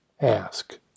ask